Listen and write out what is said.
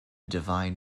divine